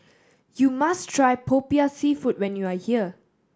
you must try Popiah Seafood when you are here